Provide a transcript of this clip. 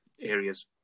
areas